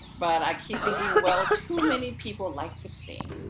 but i keep thinking well, too many people like to sing.